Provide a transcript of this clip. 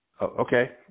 Okay